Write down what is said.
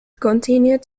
continued